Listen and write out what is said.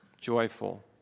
joyful